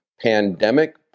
Pandemic